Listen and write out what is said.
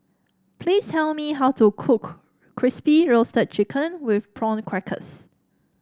please tell me how to cook Crispy Roasted Chicken with Prawn Crackers